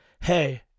hey